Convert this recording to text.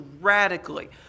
radically